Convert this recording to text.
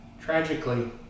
Tragically